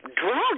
drugs